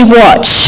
watch